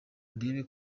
ndebe